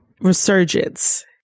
Resurgence